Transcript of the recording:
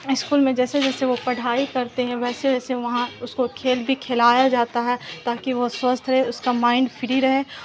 school میں جیسے جیسے وہ پڑھائی کرتے ہیں ویسے ویسے وہاں اس کو کھیل بھی کھلایا جاتا ہے تاکہ وہ سوستھ رہے اس کا مائنڈ فری رہے